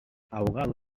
ahogado